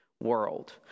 world